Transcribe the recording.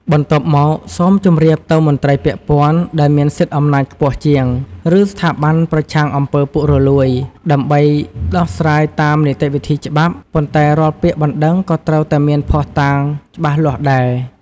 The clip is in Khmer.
បន្ទាប់មក សូមជម្រាបទៅមន្រ្តីពាក់ព័ន្ធ ដែលមានសិទ្ធិអំណាចខ្ពស់ជាង ឬស្ថាប័នប្រឆាំងអំពើពុករលួយ ដើម្បីដោះស្រាយតាមនីតិវិធីច្បាប់ ប៉ុន្តែរាល់ពាក្យបណ្ដឹងក៏ត្រូវតែមានភស្តុតាងច្បាស់លាស់ដែរ។